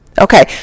Okay